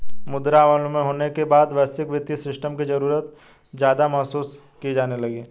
मुद्रा अवमूल्यन होने के बाद वैश्विक वित्तीय सिस्टम की ज्यादा जरूरत महसूस की जाने लगी